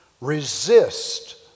Resist